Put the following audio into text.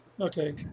Okay